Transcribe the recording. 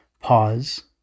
pause